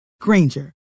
Granger